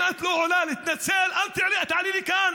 אם את לא עולה להתנצל אל תעלי לכאן,